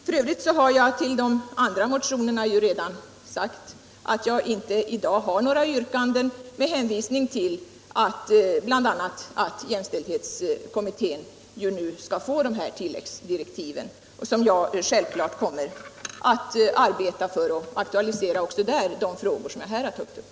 F. ö. har jag till de andra motionerna sagt att jag inte i dag har några yrkanden, bl.a. med hänvisning till att jämställdhetskommittén nu skall få tilläggsdirektiv. Självfallet kommer jag också där att aktualisera de frågor som jag här har tagit upp.